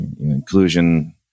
inclusion